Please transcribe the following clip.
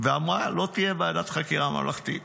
ואמרה שלא תהיה ועדת חקירה ממלכתית.